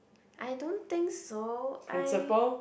I don't think so I